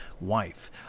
wife